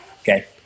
Okay